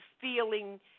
feeling